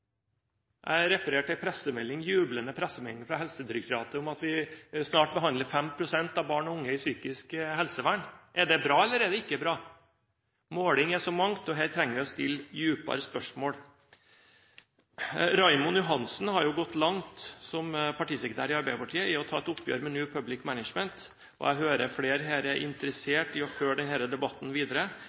Jeg refererte en jublende pressemelding fra Helsedirektoratet om at vi snart behandler 5 pst. av barn og unge i psykisk helsevern. Er det bra, eller er det ikke bra? Måling er så mangt, og her trenger vi å stille dypere spørsmål. Raymond Johansen, partisekretær i Arbeiderpartiet, har gått langt i å ta et oppgjør med New Public Management, og jeg hører flere her er interessert i å følge denne debatten videre.